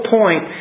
point